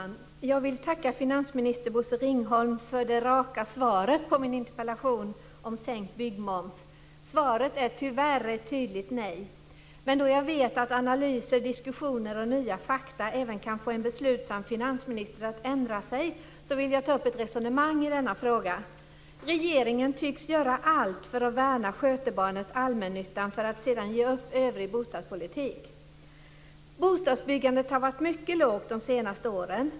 Fru talman! Jag vill tacka finansminister Bosse Ringholm för det raka svaret på min interpellation om sänkt byggmoms. Svaret är tyvärr ett tydligt nej. Men då jag vet att analyser, diskussioner och nya fakta även kan få en beslutsam finansminister att ändra sig vill jag ta upp ett resonemang i denna fråga. Regeringen tycks göra allt för att värna skötebarnet allmännyttan, för att sedan ge upp övrig bostadspolitik. Bostadsbyggandet har varit mycket lågt de senaste åren.